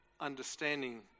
understanding